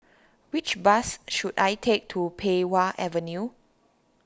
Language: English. which bus should I take to Pei Wah Avenue